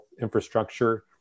infrastructure